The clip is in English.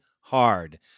hard